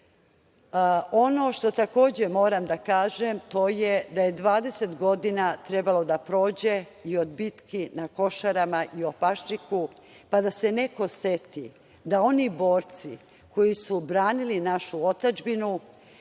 što, takođe, moram da kažem, to je da je 20 godina trebalo da prođe i od bitki na Košarama i Paštriku, pa da se neko seti da su oni borci koji su branili našu otadžbinu